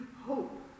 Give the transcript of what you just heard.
hope